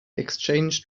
exchange